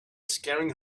scaring